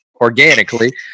organically